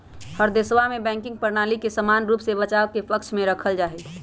हर देशवा में बैंकिंग प्रणाली के समान रूप से बचाव के पक्ष में रखल जाहई